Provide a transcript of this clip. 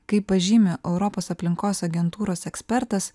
kaip pažymi europos aplinkos agentūros ekspertas